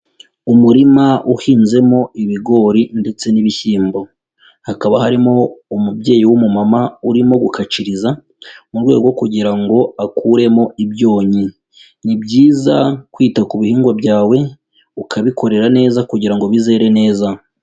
Umurima uhinzemo ibigori ndetse n'ibishyimbo, hakaba harimo umubyeyi w'umumama urimo gukaciriza mu rwego rwo kugira ngo akuremo ibyonnyi, ni byiza kwita ku bihingwa byawe, ukabikorera neza kugira ngo bizere neza.